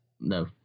No